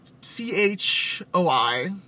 C-H-O-I